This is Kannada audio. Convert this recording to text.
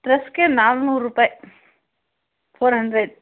ಡ್ರೆಸ್ಗೆ ನಾನೂರು ರುಪಾಯಿ ಫೋರ್ ಅಂಡ್ರೆಡ್